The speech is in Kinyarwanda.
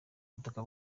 ubutaka